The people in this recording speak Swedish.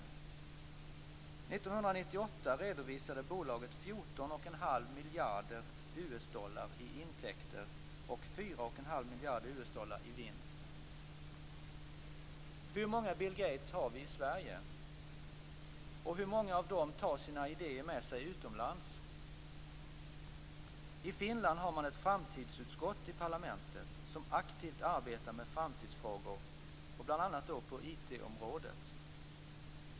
1998 redovisade bolaget Hur många Bill Gates har vi i Sverige, och hur många av dem tar sina idéer med sig utomlands? I Finland har man ett framtidsutskott i parlamentet som aktivt arbetar med framtidsfrågor, bl.a. på IT området.